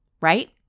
right